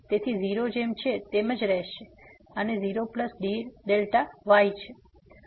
તેથી 0 જેમ છે તેમજ રહેશે તેથી 0Δy છે